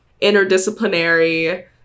interdisciplinary